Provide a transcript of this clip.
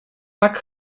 tak